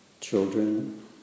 children